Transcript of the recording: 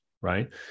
Right